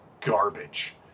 garbage